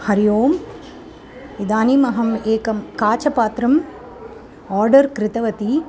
हरिः ओम् इदानीम् अहम् एकं काचपात्रम् आर्डर् कृतवती